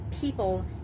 people